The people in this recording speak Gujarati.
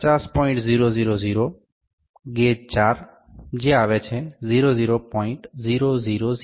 000 Gauge4 ગેજ 4 00